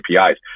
APIs